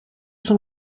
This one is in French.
cent